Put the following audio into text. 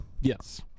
yes